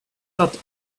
that